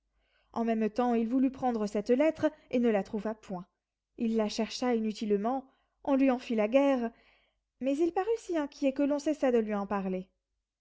en même temps il voulut prendre cette lettre et ne la trouva point il la chercha inutilement on lui en fit la guerre mais il parut si inquiet que l'on cessa de lui en parler